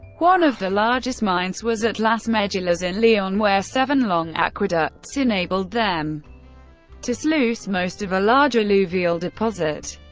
one of their largest mines was at las medulas in leon, where seven long aqueducts enabled them to sluice most of a large alluvial deposit.